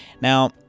Now